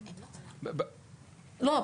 לא,